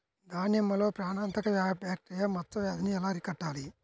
దానిమ్మలో ప్రాణాంతక బ్యాక్టీరియా మచ్చ వ్యాధినీ ఎలా అరికట్టాలి?